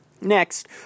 Next